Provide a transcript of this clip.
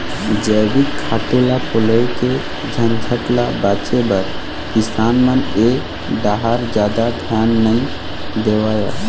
जइविक खातू ल पलोए के झंझट ल बाचे बर किसान मन ए डाहर जादा धियान नइ देवय